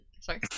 Sorry